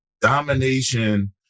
domination